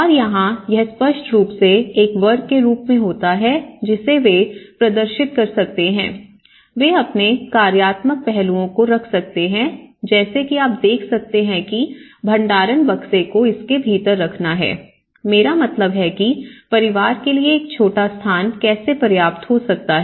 और यहां यह स्पष्ट रूप से एक वर्ग के रूप में होता है जिसे वे प्रदर्शित कर सकते हैं वे अपने कार्यात्मक पहलुओं को रख सकते हैं जैसे कि आप देख सकते हैं कि भंडारण बक्से को इसके भीतर रखना है मेरा मतलब है कि परिवार के लिए एक छोटा स्थान कैसे पर्याप्त हो सकता है